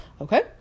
Okay